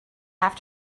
have